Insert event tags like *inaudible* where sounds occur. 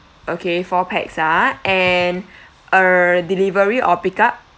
okay four pax ah and *breath* err delivery or pick up